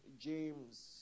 James